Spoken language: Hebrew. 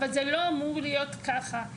אבל זה לא אמור להיות ככה.